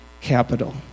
capital